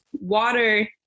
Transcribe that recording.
water